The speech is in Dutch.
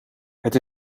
het